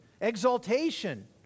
exaltation